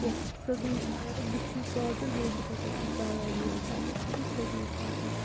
کیٚنٛہہ سیٚودُے چھِ نیرُن بٕتھِ یِیہِ کانٛدُر بیٚیہِ چھِ تَتؠن اَکھ دوا وول تَتٮ۪ن تہِ چھُ سیٚودُے پَکُن